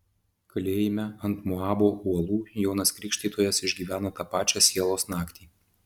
kalėjime ant moabo uolų jonas krikštytojas išgyvena tą pačią sielos naktį